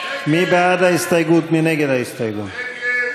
מיקי רוזנטל, רויטל סויד,